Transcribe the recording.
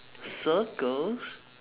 circles